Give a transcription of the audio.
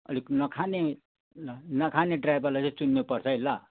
अलिक नखाने नखाने ड्राइभरलाई चाहिँ चुन्नुपर्छ है ल